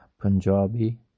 Punjabi